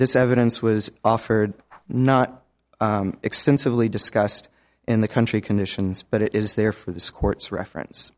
this evidence was offered not extensively discussed in the country conditions but it is there for this court's reference